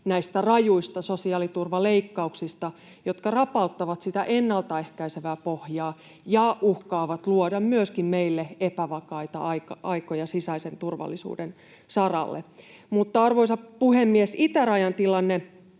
rajuista sosiaaliturvaleikkauksista, jotka rapauttavat ennalta ehkäisevää pohjaa ja uhkaavat myöskin luoda meille epävakaita aikoja sisäisen turvallisuuden saralle. Arvoisa puhemies! Itärajan tilanne